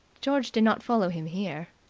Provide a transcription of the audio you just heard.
george did not follow him here.